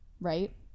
right